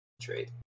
Trade